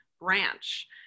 branch